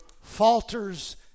falters